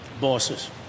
Bosses